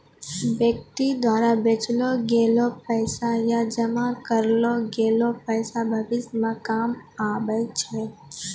व्यक्ति द्वारा बचैलो गेलो पैसा या जमा करलो गेलो पैसा भविष्य मे काम आबै छै